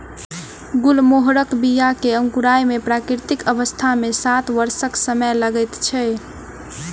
गुलमोहरक बीया के अंकुराय मे प्राकृतिक अवस्था मे सात वर्षक समय लगैत छै